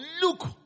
look